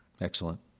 Excellent